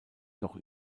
noch